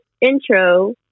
intro